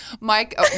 Mike